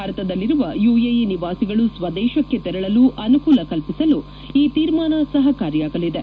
ಭಾರತದಲ್ಲಿರುವ ಯುಎಇ ನಿವಾಸಿಗಳು ಸ್ವದೇಶಕ್ಕೆ ತೆರಳಲು ಅನುಕೂಲ ಕಲ್ಪಿಸಲು ಈ ತೀರ್ಮಾನ ಸಹಕಾರಿಯಾಗಲಿದೆ